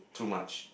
too much